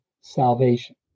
salvation